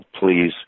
please